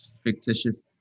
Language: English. fictitious